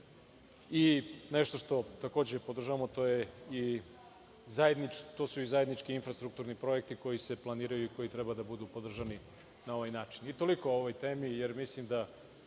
Nešto što takođe podržavamo jesu zajednički infrastrukturni projekti koji se planiraju i koji treba da budu podržani na ovaj način. Toliko o ovoj temi, jer mislim da